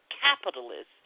capitalists